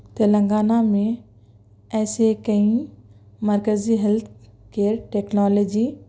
تلنگانہ میں ایسے کئی مرکزی ہیلتھ کیئر ٹیکنالوجی